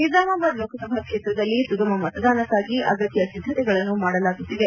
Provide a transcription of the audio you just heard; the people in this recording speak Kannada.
ನಿಜಮಾಬಾದ್ ಲೋಕಸಭಾ ಕ್ಷೇತ್ರದಲ್ಲಿ ಸುಗಮ ಮತದಾನಕ್ಕಾಗಿ ಅಗತ್ಯ ಸಿದ್ದತೆಗಳನ್ನು ಮಾಡಲಾಗುತ್ತಿದೆ